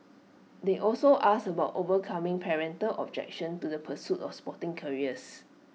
they also asked about overcoming parental objection to the pursuit of sporting careers